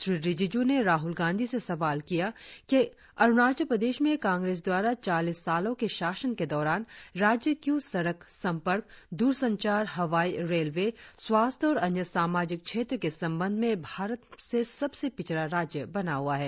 श्री रिजिजू ने राहुल गांधी से सवाल किया कि अरुणाचल प्रदेश में कांग्रेस द्वारा चालीस सालों के शासन के दौरान राज्य क्यों सड़क संपर्क दूरसंचार हवाई रेलवे स्वास्थ्य और अन्य सामाजिक क्षेत्र के संबंध में भारत से सबसे पिछड़ा राज्य बना हुआ है